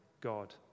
God